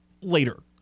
later